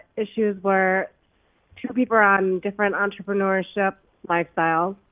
issues where two people are on different entrepreneurship lifestyles,